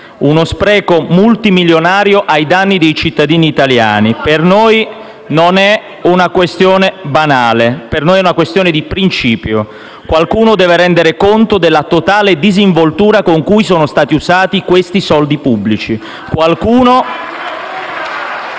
Uno spreco multimilionario ai danni dei cittadini italiani. Per noi è una non questione banale, ma di principio. Qualcuno deve rendere conto della totale disinvoltura con cui sono stati usati i soldi pubblici. Qualcuno